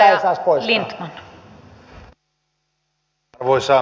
arvoisa rouva puhemies